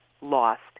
lost